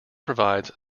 provides